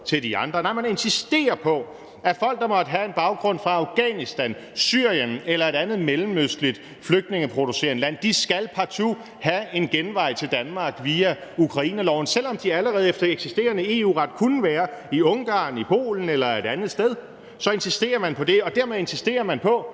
Nej, man insisterer på, at folk, der måtte have en baggrund fra Afghanistan, Syrien eller et andet mellemøstligt flygtningeproducerende land, partout skal have en genvej til Danmark via ukrainerloven, selv om de allerede efter eksisterende EU-ret kunne være i Ungarn, i Polen eller et andet sted – så insisterer man på det. Og dermed insisterer man på,